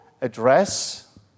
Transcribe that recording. address